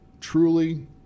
truly